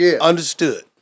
understood